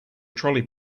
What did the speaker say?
trolley